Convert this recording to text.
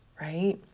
right